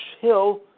Hill